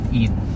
eat